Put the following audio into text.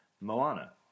Moana